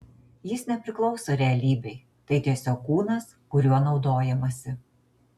jis nepriklauso realybei tai tiesiog kūnas kuriuo naudojamasi